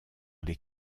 les